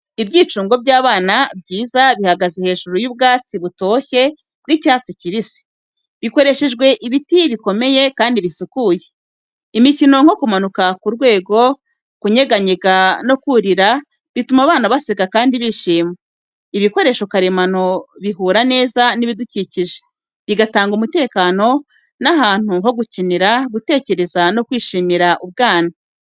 Ibyicungo by'abana byiza bihagaze hejuru y'ubwatsi butoshye bw’icyatsi kibisi, bikoreshejwe ibiti bikomeye kandi bisukuye. Imikino nko kumanuka ku rwego, kunyeganyega no kurira bituma abana baseka kandi bishima. Ibikoresho karemano bihura neza n’ibidukikije, bigatanga umutekano n’ahantu ho gukinira, gutekereza no kwishimira ubwana.